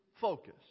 focus